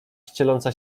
ścieląca